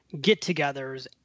get-togethers